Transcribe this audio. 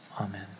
Amen